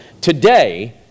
today